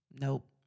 Nope